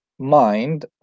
mind